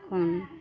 ᱠᱷᱚᱱ